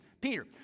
Peter